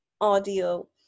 audio